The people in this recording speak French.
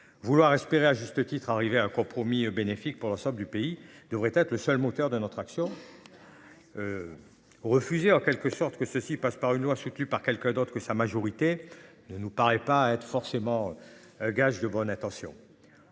Vouloir espérer à juste titre, arriver à un compromis bénéfique pour l'ensemble du pays devrait être le seul moteur de notre action. Refusé en quelque sorte que ceci passe par une loi soutenue par quelqu'un d'autre que sa majorité ne nous paraît pas être forcément. Gage de bonnes intentions.